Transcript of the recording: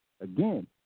Again